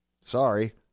Sorry